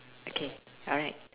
okay alright